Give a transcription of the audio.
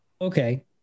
okay